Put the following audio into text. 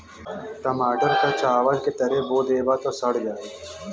टमाटर क चावल के तरे बो देबा त सड़ जाई